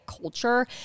culture